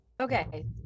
Okay